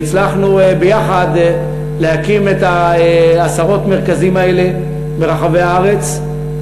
והצלחנו יחד להקים את עשרות המרכזים האלה ברחבי הארץ.